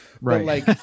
Right